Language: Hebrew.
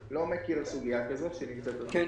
אני לא מכיר סוגיה כזאת שנמצאת על שולחננו.